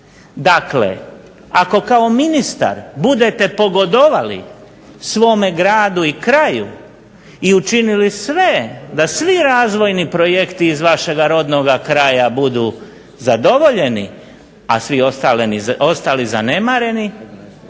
Dakle, ako kao ministar budete pogodovali svome gradu i kraju i učinili sve da svi razvojni projekti iz vašega rodnoga kraja budu zadovoljeni, a svi ostali zanemareni,